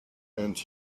and